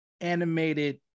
animated